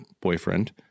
boyfriend